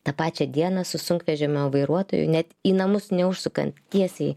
tą pačią dieną su sunkvežimio vairuotoju net į namus neužsukant tiesiai